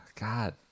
God